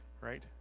Right